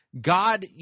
God